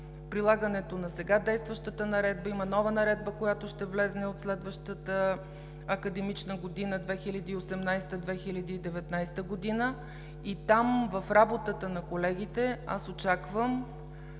прилагането на сега действащата наредба, има нова наредба, която ще влезне от следващата академична година – 2018-2019 г. Там в работата на колегите очаквам,